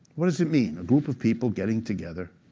what does it mean? a group of people getting together